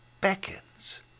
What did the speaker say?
beckons